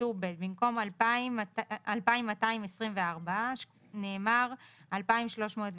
בטור ב', במקום "2,224" נאמר "2,306".